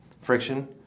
friction